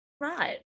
right